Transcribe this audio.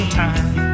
time